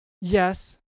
Yes